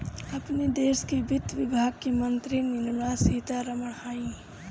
अपनी देस के वित्त विभाग के मंत्री निर्मला सीता रमण हई